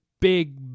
big